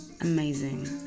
amazing